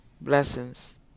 Blessings